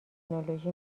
تکنولوژی